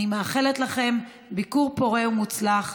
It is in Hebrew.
אני מאחלת לכם ביקור פורה ומוצלח.